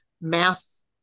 mass